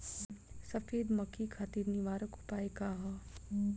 सफेद मक्खी खातिर निवारक उपाय का ह?